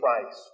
Christ